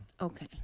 Okay